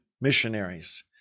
missionaries